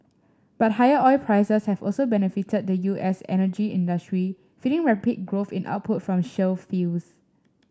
but higher oil prices have also benefited the U S energy industry feeding rapid growth in output from shale fields